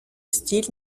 style